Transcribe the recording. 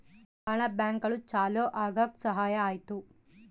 ಭಾಳ ಬ್ಯಾಂಕ್ಗಳು ಚಾಲೂ ಆಗಕ್ ಸಹಾಯ ಆಯ್ತು